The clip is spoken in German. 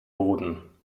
boden